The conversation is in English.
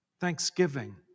thanksgiving